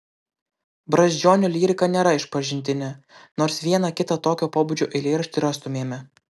brazdžionio lyrika nėra išpažintinė nors vieną kitą tokio pobūdžio eilėraštį rastumėme